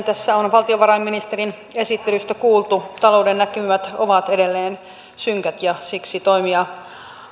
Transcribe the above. tässä on valtiovarainministerin esittelystä kuultu talouden näkymät ovat edelleen synkät ja siksi toimia